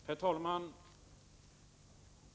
Herr talman!